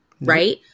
right